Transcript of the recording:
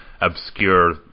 obscure